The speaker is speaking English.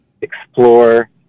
explore